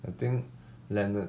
I think leonard